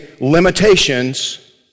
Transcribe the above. limitations